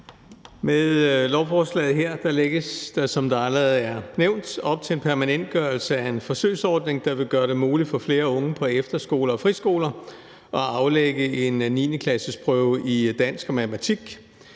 Med lovforslaget her lægges der, som det allerede er nævnt, op til en permanentgørelse af en forsøgsordning, der vil gøre det muligt for flere unge på efterskoler og friskoler at aflægge en 9.-klasseprøve i dansk og matematik,